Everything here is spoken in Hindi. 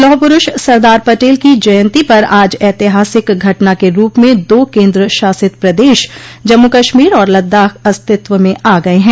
लौहपुरूष सरदार पटेल की जयन्ती पर आज ऐतिहासिक घटना के रूप में दो केन्द्र शासित प्रदेश जम्मू कश्मीर और लद्दाख अस्तित्व में आ गये हैं